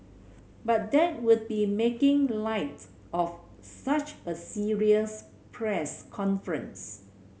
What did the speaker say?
but that would be making light of such a serious press conference